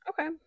Okay